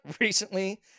recently